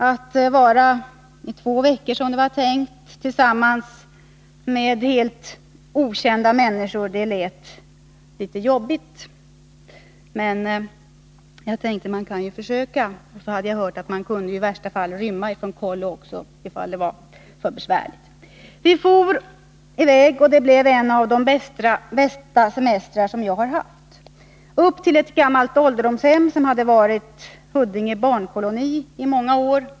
Att vara två veckor, som det var tänkt, tillsammans med helt okända människor lät litet jobbigt. Men jag tänkte att man ju alltid kan försöka. Jag hade hört att man i värsta fall kunde rymma från kollo, om det blev för besvärligt. Vi for i väg, och det blev en av de bästa semestrar som jag har haft. Vi åkte till ett gammalt ålderdomshem i Dalarna, som hade varit Huddinge barnkoloni i många år.